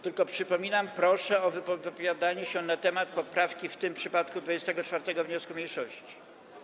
Tylko przypominam: proszę o wypowiadanie się na temat poprawki, w tym przypadku - 24. wniosku mniejszości.